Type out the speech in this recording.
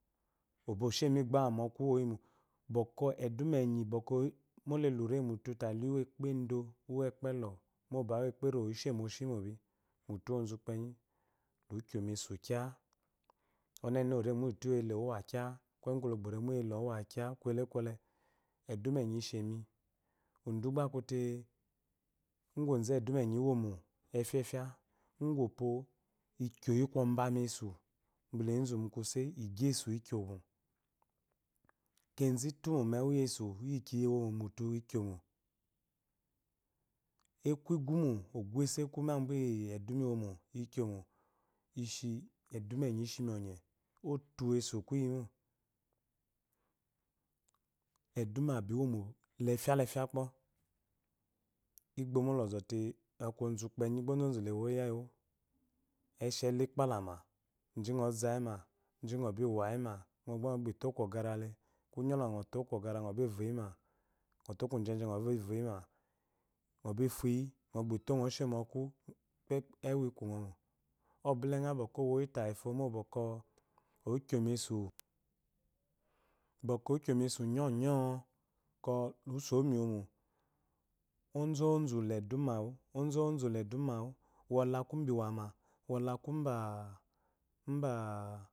Mba she moku oyimo bwikwi edumanyi mole lure mutu hiyi uwokpela uwokpedo moba uwokperewo ishe moshii mobi mutu wo zukpenyi hikyo mesu kya ɔnene ore mele owakya kwinyi kwɔnyi okperemntu wele ogba owa kya koyilekwole edume enyi ishemi udugba akute goze gba edumɔ enyi iwomo efefya uguop wo ikyoyi komba mesu lezu mukuse igyi esu ikyoma kezu tomo yikiyi womo mutum ikymo kezu toma yikiya womo mutu ikyoma kezu tomo yikiya wommo mutu ikyomo ekugumo oguesu ekumbabu yi womo ikyomo eduma enyi ishi mi ɔnye ohesu kiyimo eduma ba womo lefya lefya kpo igbomo lozɔte aku dukplama ji ngo zayima ji ngo wayima ngo gba ngogbito kogarale inyolɔma ngo ko gara ngo wuyima ngo to kojeje ngo wuyima ngo bi fuyi ngo gbito ngo she mɔku ewu kungomo obule nga bwɔkwɔ owoyitamo bwɔkwɔ okyome fu bwɔkwɔ okyomesu nyonyo bwɔkwɔ lusowu miwomo ozozu ledumawu ozozu ledumwu wɔle akubiwa ma bwɔle aku ba